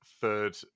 third